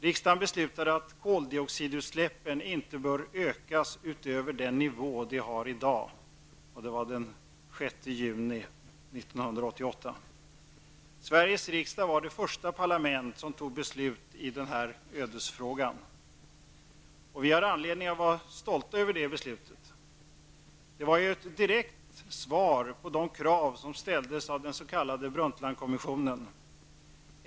Riksdagen beslutade att koldioxidutsläppen inte borde öka över den nivå vi hade då, dvs. den 6 juni 1988. Sveriges riksdag var det första parlament som fattade beslut i denna ödesfråga, och vi har anledning att vara stolta över det beslutet. Det var ett direkt svar på de krav som ställdes av den s.k. Brundtlandkommissionen.